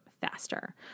faster